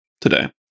today